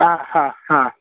ह ह ह